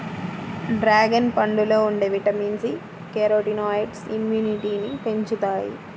dragon పండులో ఉండే vitamin C, కెరోటినాయిడ్లు ఇమ్యునిటీని పెంచుతాయి